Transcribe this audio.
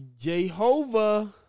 Jehovah